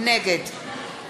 נגד